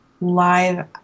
live